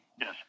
yes